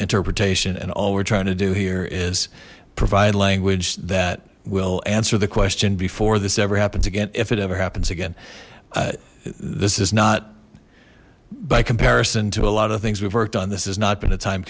interpretation and all we're trying to do here is provide language that will answer the question before this ever happens again if it ever happens again this is not by comparison to a lot of things we've worked on this has not been a time